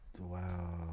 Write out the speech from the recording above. wow